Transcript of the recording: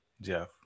Jeff